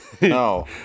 No